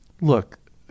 Look